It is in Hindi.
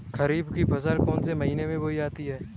खरीफ की फसल कौन से महीने में बोई जाती है?